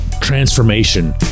transformation